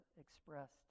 expressed